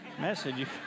message